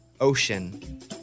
ocean